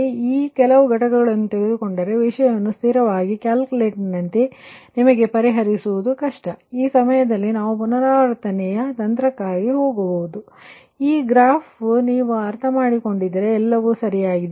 ನೀವು ಈ ರೀತಿಯ ಕೆಲವು ಘಟಕಗಳನ್ನು ತೆಗೆದುಕೊಂಡರೆ ಈ ವಿಷಯವನ್ನು ಸ್ಥಿರವಾಗಿ ಕ್ಯಾಲ್ಕುಲೇಟರ್ನಂತೆ ನಿಮಗೆ ಪರಿಹರಿಸುವುದು ಕಷ್ಟ ಆದ್ದರಿಂದ ಆ ಸಮಯದಲ್ಲಿ ನಾವು ಕೆಲವು ಪುನರಾವರ್ತನೆಯ ತಂತ್ರಕ್ಕಾಗಿtechnique ಹೋಗುತ್ತೇವೆ ಆದರೆ ಈ ಗ್ರಾಫ್ ನೀವು ಅರ್ಥಮಾಡಿಕೊಂಡಿದ್ದರೆ ಎಲ್ಲವೂ ಸರಿಯಾಗಿದೆ